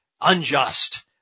unjust